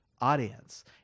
audience